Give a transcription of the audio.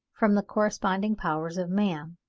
from the corresponding powers of man,